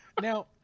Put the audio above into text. now